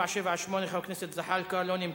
1478, חבר הכנסת זחאלקה, לא נמצא,